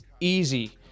easy